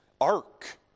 ark